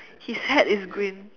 his hat is green